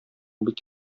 бик